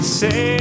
say